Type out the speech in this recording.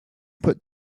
put